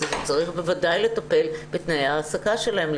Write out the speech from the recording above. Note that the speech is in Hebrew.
אז צריך בוודאי לטפל בתנאי ההעסקה שלהם,